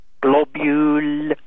Globule